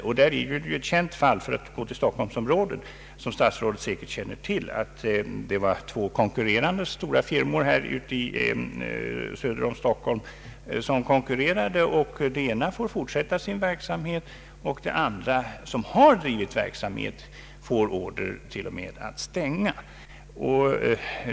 I Stockholmsområdet har vi haft ett fall som statsrådet säkert känner till, där av två stora konkurrerande firmor söder om Stockholm den ena fick fortsätta sin verksamhet och den andra, som har drivit verksamhet av samma slag, fick order att stänga.